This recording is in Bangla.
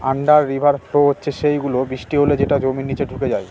আন্ডার রিভার ফ্লো হচ্ছে সেই গুলো, বৃষ্টি হলে যেটা জমির নিচে ঢুকে যায়